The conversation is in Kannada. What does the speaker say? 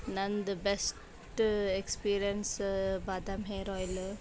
ನಂದು ಬೆಸ್ಟ ಎಕ್ಸ್ಪೀರಿಯನ್ಸ ಬಾದಾಮ್ ಹೇರ್ ಆಯ್ಲ